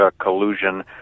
collusion